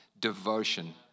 devotion